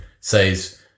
says